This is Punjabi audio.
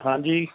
ਹਾਂਜੀ